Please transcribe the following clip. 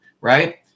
right